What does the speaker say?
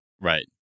right